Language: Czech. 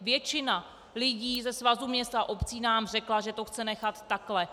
Většina lidí ze Svazu měst a obcí nám řekla, že to chce nechat takhle.